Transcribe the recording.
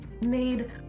made